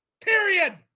Period